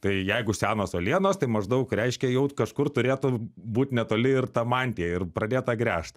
tai jeigu senos uolienos tai maždaug reiškia jau kažkur turėtų būt netoli ir ta mantija ir pradėta gręžt